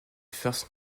first